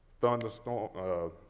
thunderstorm